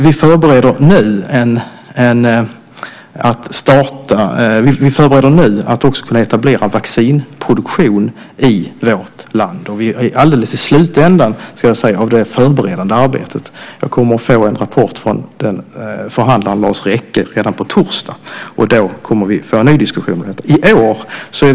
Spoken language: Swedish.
Vi förbereder nu också för att kunna etablera vaccinproduktion i vårt land. Vi är alldeles i slutet av det förberedande arbetet. Jag kommer att få en rapport från förhandlaren Lars Rekke redan på torsdag. Då kommer vi att föra en ny diskussion om detta.